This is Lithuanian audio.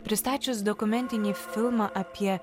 pristačius dokumentinį filmą apie